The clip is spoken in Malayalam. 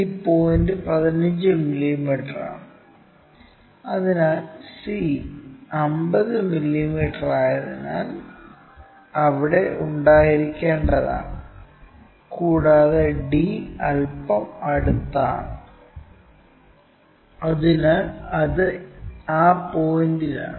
ഈ പോയിന്റ് 15 മില്ലീമീറ്ററാണ് അതിനാൽ c 50 മില്ലീമീറ്ററായതിനാൽ അവിടെ ഉണ്ടായിരിക്കേണ്ടതാണ് കൂടാതെ d അൽപ്പം അടുത്താണ് അതിനാൽ അത് ആ പോയിൻറ്ലാണ്